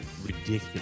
ridiculous